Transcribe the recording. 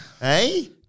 Hey